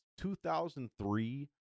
2003